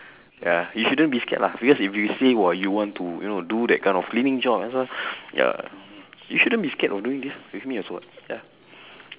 ya you shouldn't be scared lah because if you say !wow! you want to you know do the kind of cleaning job that's why ya you shouldn't scared of doing this with me also what ya